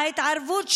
ההתערבות שלנו,